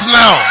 now